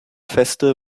feste